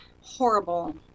horrible